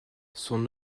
son